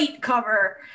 cover